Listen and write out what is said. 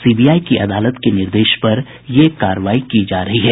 CBI की अदालत के निर्देश पर यह कार्रवाई की जा रही है